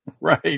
Right